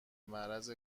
معرض